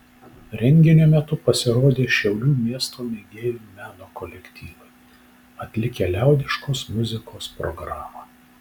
renginio metu pasirodė šiaulių miesto mėgėjų meno kolektyvai atlikę liaudiškos muzikos programą